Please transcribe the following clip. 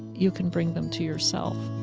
you can bring them to yourself